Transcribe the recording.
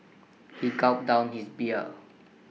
he gulped down his beer